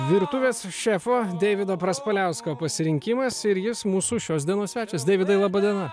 virtuvės šefo deivido praspaliausko pasirinkimas ir jis mūsų šios dienos svečias deividai laba diena